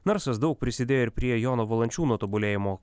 narsas daug prisidėjo ir prie jono valančiūno tobulėjimo